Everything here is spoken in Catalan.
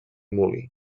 molí